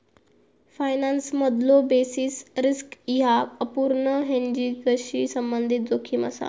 फायनान्समधलो basis risk ह्या अपूर्ण हेजिंगशी संबंधित जोखीम असा